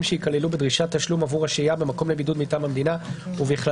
שיכללו בדרישת תשלום עבור השהייה במקום לבידוד מטעם המדינה ובכללם